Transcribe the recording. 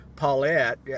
Paulette